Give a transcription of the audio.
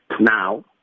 Now